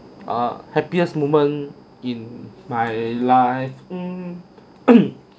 err happiest moment in my life mm